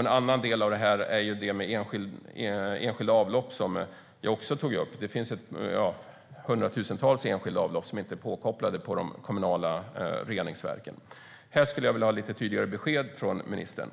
En annan del av detta är detta med enskilda avlopp, som jag också tog upp. Det finns hundratusentals enskilda avlopp som inte är kopplade till de kommunala reningsverken. Här skulle jag vilja ha lite tydligare besked från ministern.